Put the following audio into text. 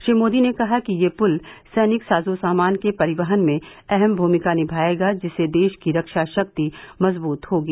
श्री मोदी ने कहा कि यह पुल सैनिक साजो सामान के परिवहन में अहम भूमिका निभाएगा जिससे देश की रक्षा शक्ति मजबूत होगी